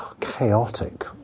chaotic